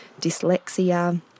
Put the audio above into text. dyslexia